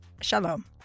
Shalom